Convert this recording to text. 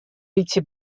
bytsje